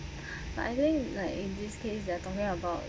but I think like in this case you are talking about